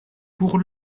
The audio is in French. pour